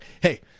Hey